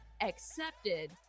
accepted